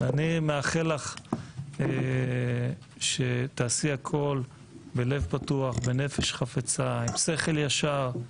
אני מאחל לך שתעשי הכול בלב פתוח ונפש חפצה ועם שכל ישר.